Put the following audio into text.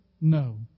no